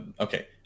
okay